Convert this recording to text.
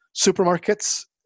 supermarkets